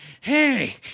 hey